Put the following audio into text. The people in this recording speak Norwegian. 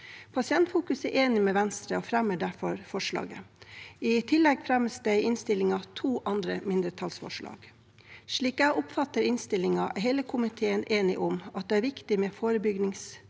Pasientfokus er enig med Venstre og fremmer derfor forslaget. I tillegg fremmes det i innstillingen to andre mindretallsforslag. Slik jeg oppfatter innstillingen, er hele komiteen enig om at det er viktig med forebyggingsperspektivet,